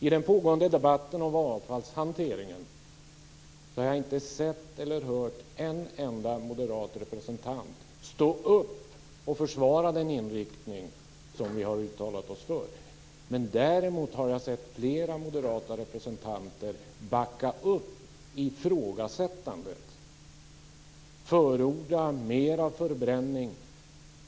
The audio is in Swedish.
I den pågående debatten om avfallshanteringen har jag inte sett eller hört en enda moderat representant stå upp och försvara den inriktning som vi har uttalat oss för. Men däremot har jag sett flera moderata representanter backa upp ifrågasättandet och förorda mera förbrännning.